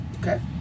Okay